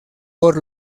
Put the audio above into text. por